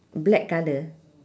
black colour